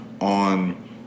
on